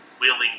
willing